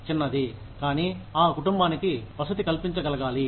చిన్నది కానీ ఆ కుటుంబానికి వసతి కల్పించగలగాలి